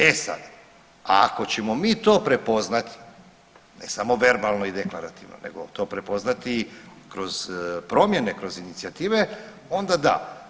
E sad, a ako ćemo mi to prepoznat ne samo verbalno i deklarativno nego to prepoznati kroz promjene i kroz inicijative onda da.